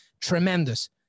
Tremendous